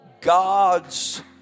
God's